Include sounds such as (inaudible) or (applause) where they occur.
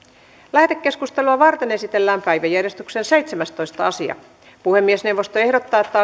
lähetekeskustelua varten esitellään päiväjärjestyksen seitsemästoista asia puhemiesneuvosto ehdottaa että (unintelligible)